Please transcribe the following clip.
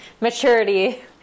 maturity